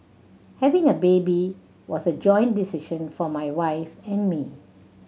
having a baby was a joint decision for my wife and me